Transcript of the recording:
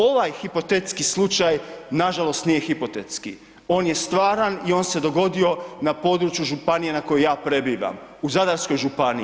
Ovaj hipotetski slučaj nažalost nije hipotetski, on je stvaran i on se dogodio na području županije na kojoj ja prebivam, u Zadarskoj županiji.